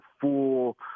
full